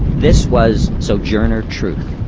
this was sojourner truth.